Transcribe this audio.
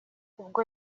ubwo